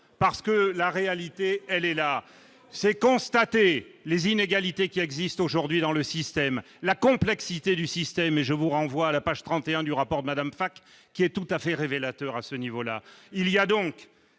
parce que la réalité, elle est là, c'est constater les inégalités qui existent aujourd'hui dans le système, la complexité du système et je vous renvoie à la page 31 du rapport Madame facs qui est tout à fait révélateur à ce niveau-là,